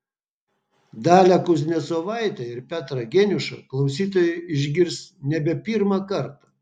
dalią kuznecovaitę ir petrą geniušą klausytojai išgirs nebe pirmą kartą